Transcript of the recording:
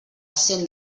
cent